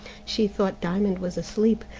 she thought diamond was asleep,